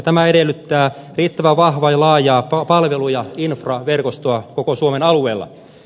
tämä edellyttää riittävän vahvaa ja laajaa palvelu ja infraverkostoa koko suomen alueella